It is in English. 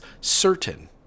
certain